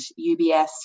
UBS